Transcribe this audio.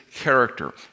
character